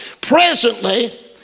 Presently